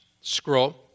scroll